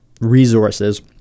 resources